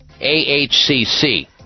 AHCC